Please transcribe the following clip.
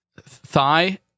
thigh